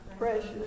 precious